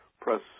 press